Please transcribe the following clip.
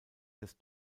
des